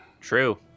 True